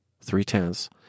three-tenths